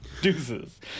Deuces